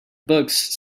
books